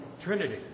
Trinity